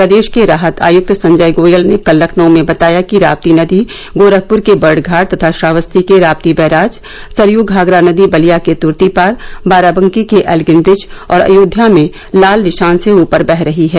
प्रदेश के राहत आयुक्त संजय गोयल ने कल लखनऊ में बताया कि रापी नदी गोरखपुर के बर्डघाट तथा श्रावस्ती के रापी बैराज सरयू घाघरा नदी बलिया के तुर्तीपार बाराबंकी के एल्गिन ब्रिज और अयोध्या में लाल निशान से ऊपर बह रही हैं